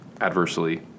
adversely